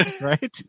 Right